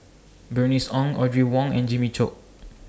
Bernice Ong Audrey Wong and Jimmy Chok